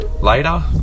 Later